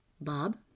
Bob